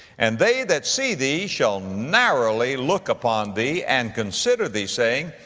and they that see thee shall narrowly look upon thee, and consider thee, saying,